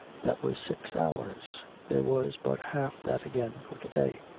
that was six hours. there was but half that again for to-day.